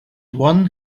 one